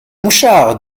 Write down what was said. mouchard